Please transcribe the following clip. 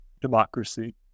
democracy